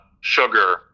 sugar